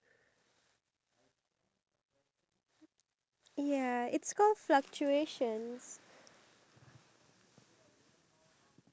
like you know the government is giving subsidies and then there's a lot of issues that the government need to face which I feel majority of singaporeans don't really